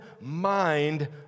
mind